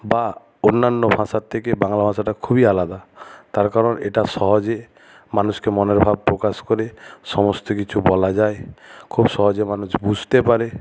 বা অন্যান্য ভাষার থেকে বাংলা ভাষাটা খুবই আলাদা তার কারণ এটা সহজে মানুষকে মনের ভাব প্রকাশ করে সমস্ত কিছু বলা যায় খুব সহজে মানুষ বুঝতে পারে